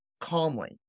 calmly